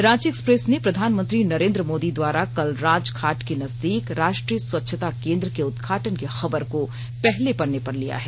Ranchi express ने प्रघानमंत्री नरेन्द्र मोदी द्वारा कल राजघाट के नजदीक राष्ट्रीय स्वच्छता केन्द्र के उदघाटन की खबर को पहले पन्ने पर लिया है